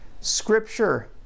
Scripture